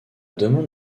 demande